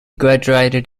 graduated